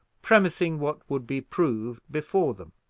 premising what would be proved before them.